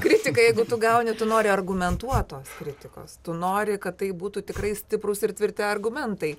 kritika jeigu tu gauni tu nori argumentuotos kritikos tu nori kad tai būtų tikrai stiprūs ir tvirti argumentai